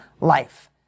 life